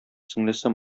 сеңлесе